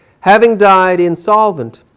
having died insolvent,